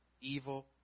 evil